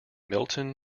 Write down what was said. milton